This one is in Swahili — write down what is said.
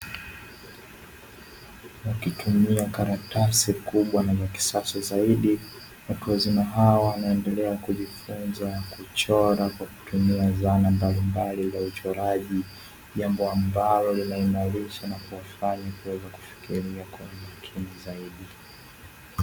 Wakitumia karatasi kubwa na za kisasa zaidi watu wazima hawa wanaendelea kujifunza kuchora kwa kutumia zana mbalimbali za uchoraji, jambo ambalo linaimarisha na kumfanya kuweza kufikiria kwa makini zaidi.